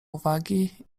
uwagi